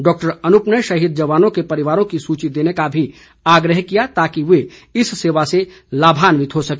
doctor Anup ने शहीद जवानों के परिवारों की सूची देने का आग्रह भी किया ताकि वे इस सेवा से लाभान्वित हो सके